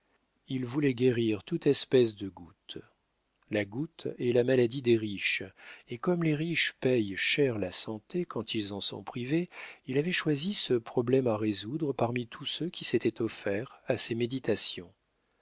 il voulait guérir toute espèce de goutte la goutte est la maladie des riches et comme les riches payent cher la santé quand ils en sont privés il avait choisi ce problème à résoudre parmi tous ceux qui s'étaient offerts à ses méditations